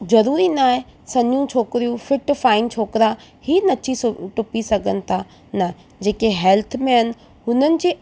ज़रूरी न आहे सन्नियूं छोकिरियूं फिट फाईन छोकिरा ई नची टुपी सघनि था न जेके हेल्थ में आहिनि उन्हनि जे